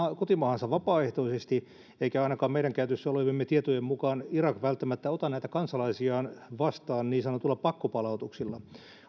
kotimaahansa vapaaehtoisesti eikä ainakaan meidän käytössämme olevien tietojen mukaan irak välttämättä ota näitä kansalaisiaan vastaan niin sanotuilla pakkopalautuksilla